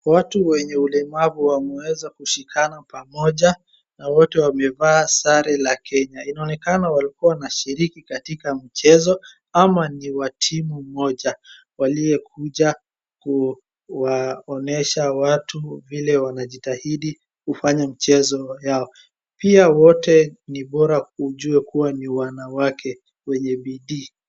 Watu wenye ulemavu wameweza kushikana pamoja, na wote wamevaa sare la Kenya. Inaonekana walikuwa wanashiriki katika mchezo, ama ni wa timu moja waliokuja kuwaonyesha watu vile wanajitahidi kufanya michezo yao. Pia wote ni bora ujue kwamba ni wanawake wenye bidii.